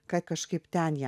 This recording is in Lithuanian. kad kažkaip ten ją